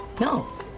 no